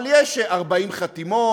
אבל יש 40 חתימות,